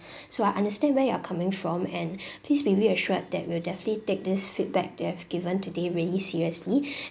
so I understand where you're coming from and please be reassured that we'll definitely take this feedback that you've given today really seriously